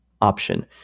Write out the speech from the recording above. option